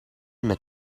met